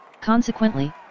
Consequently